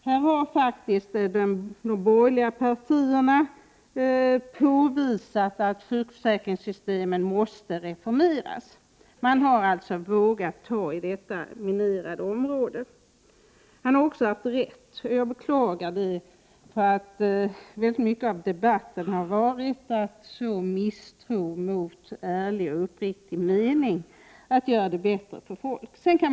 Här har faktiskt de borgerliga partierna påvisat att sjukförsäkringssystemet måste reformeras. Man har alltså vågat ta i detta minerade område. Sven Svensson har också rätt, och jag beklagar det. En stor del av debatten har inneburit att så misstro mot ärlig och uppriktig mening att göra det bättre för folk.